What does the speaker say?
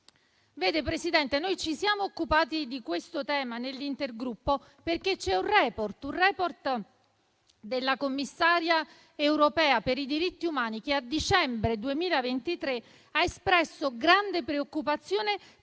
Presidente, ci siamo occupati di questo tema nell'intergruppo perché c'è un *report* della Commissaria europea per i diritti umani che a dicembre 2023 ha espresso grande preoccupazione